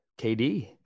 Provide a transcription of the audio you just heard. KD